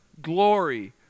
glory